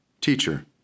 Teacher